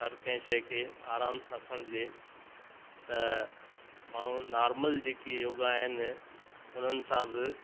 हर कंहिं शइ खे आराम सां खणिजे त माण्हू नॉर्मल जेकी योगा आहिनि हुननि सां बि